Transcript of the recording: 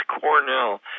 Cornell